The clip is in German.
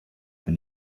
bin